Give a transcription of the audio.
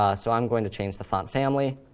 ah so i'm going to change the font family,